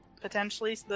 potentially